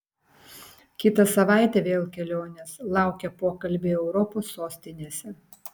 kitą savaitę vėl kelionės laukia pokalbiai europos sostinėse